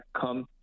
come